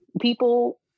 people